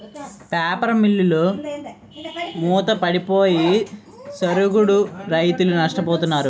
paper మిల్లులు మూతపడిపోయి సరుగుడు రైతులు నష్టపోతున్నారు